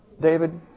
David